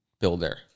builder